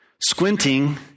Squinting